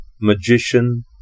magician